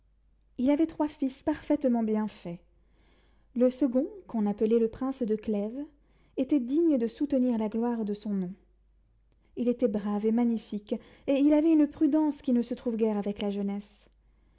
il avait trois fils parfaitement bien faits le second qu'on appelait le prince de clèves était digne de soutenir la gloire de son nom il était brave et magnifique et il avait une prudence qui ne se trouve guère avec la jeunesse